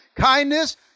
Kindness